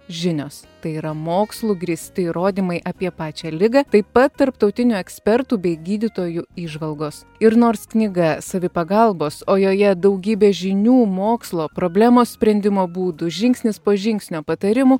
žinios tai yra mokslu grįsti įrodymai apie pačią ligą taip pat tarptautinių ekspertų bei gydytojų įžvalgos ir nors knyga savipagalbos o joje daugybė žinių mokslo problemos sprendimo būdų žingsnis po žingsnio patarimų